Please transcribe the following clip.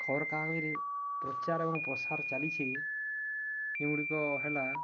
ଖବର କାଗଜରେ ପ୍ରଚାର ଏବଂ ପ୍ରସାର ଚାଲିଛି ଯେଉଁଗୁଡ଼ିକ ହେଲା